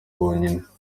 bonyine